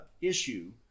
issue